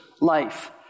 life